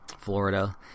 Florida